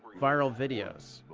viral videos,